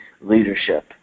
leadership